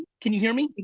can you hear me?